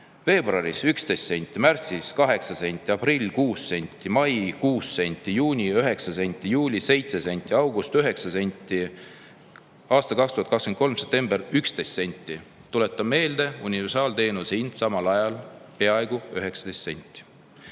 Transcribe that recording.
Veebruaris 11 senti, märtsis 8 senti, aprillis 6 senti, mais 6 senti, juunis 9 senti, juulis 7 senti, augustis 9 senti, septembris 11 senti. Tuletan meelde: universaalteenuse hind oli samal ajal peaaegu 19 senti.